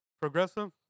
Progressive